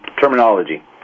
terminology